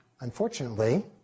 Unfortunately